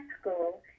school